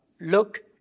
look